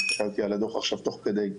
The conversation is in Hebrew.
אני הסתכלתי עכשיו על הדו"ח תוך כדי.